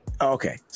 Okay